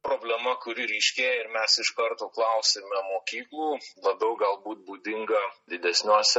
problema kuri ryškėja ir mes iš karto klausiame mokyklų labiau galbūt būdinga didesniuose